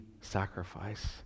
sacrifice